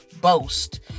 boast